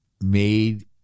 made